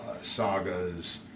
sagas